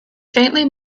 faintly